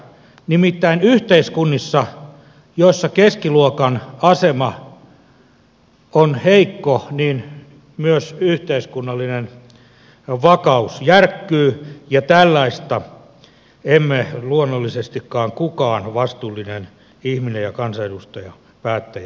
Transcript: nimittäin yhteiskunnissa joissa keskiluokan asema on heikko myös yhteiskunnallinen vakaus järkkyy ja tällaista ei luonnollisestikaan kukaan vastuullinen ihminen ja kansanedustaja päättäjä toivo